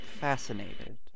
fascinated